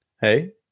Hey